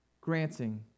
granting